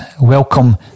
welcome